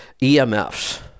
EMFs